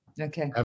Okay